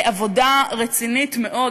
עבודה רצינית מאוד.